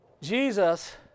Jesus